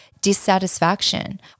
dissatisfaction